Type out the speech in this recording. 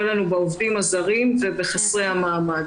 לנו עם העובדים הזרים ועם חסרי המעמד.